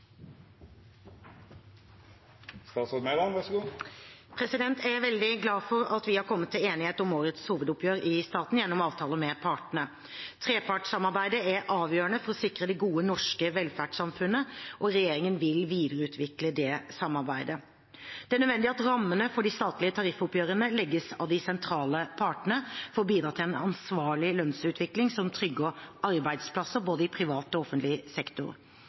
Jeg er veldig glad for at vi har kommet til enighet om årets hovedoppgjør i staten gjennom avtaler med partene. Trepartssamarbeidet er avgjørende for å sikre det gode norske velferdssamfunnet, og regjeringen vil videreutvikle det samarbeidet. Det er nødvendig at rammene for de statlige tariffoppgjørene legges av de sentrale partene for å bidra til en ansvarlig lønnsutvikling som trygger arbeidsplasser i både privat og offentlig sektor.